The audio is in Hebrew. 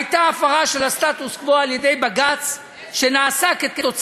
הייתה הפרה של הסטטוס-קוו על-ידי בג"ץ, שנעשה, מה?